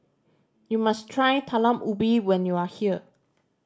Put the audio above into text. you must try Talam Ubi when you are here